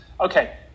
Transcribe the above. Okay